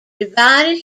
divided